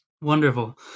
Wonderful